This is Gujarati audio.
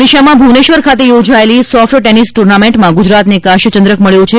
ઓડિશામાં ભુવનેશ્વર ખાતે યોજાયેલી સોફ્ટ ટેનિસ ટુર્નામેન્ટમાં ગુજરાતને કાંસ્ય ચંદ્રક મળ્યો છે